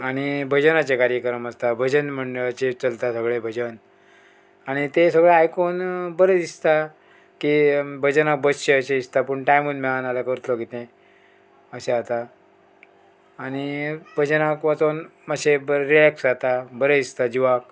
आनी भजनाचे कार्यक्रम आसता भजन मंडळाचेर चलता सगळें भजन आनी तें सगळे आयकून बरें दिसता की भजनाक बसचे अशें दिसता पूण टायमूत मेळना जाल्यार करतलो कितें अशें जाता आनी भजनाक वचोन मातशें बरें रिलेक्स जाता बरें दिसता जिवाक